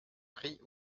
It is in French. prie